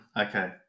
Okay